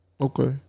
okay